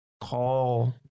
call